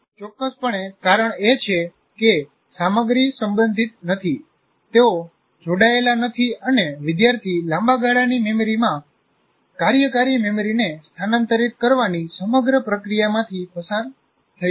ચોક્કસપણે કારણ એ છે કે સામગ્રી સંબંધિત નથી તેઓ જોડાયેલા નથી અને વિદ્યાર્થી લાંબા ગાળાની મેમરીમાં કાર્યકારી મેમરીને સ્થાનાંતરિત કરવાની સમગ્ર પ્રક્રિયામાંથી પસાર થયો નથી